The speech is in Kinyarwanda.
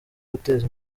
guteza